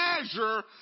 measure